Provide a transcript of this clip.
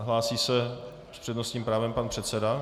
Hlásí se s přednostním právem pan předseda.